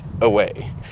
away